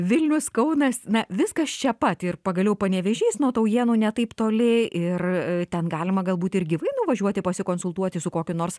vilnius kaunas na viskas čia pat ir pagaliau panevėžys nuo taujėnų ne taip toli ir ten galima galbūt ir gyvai nuvažiuoti pasikonsultuoti su kokiu nors